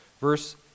verse